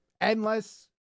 endless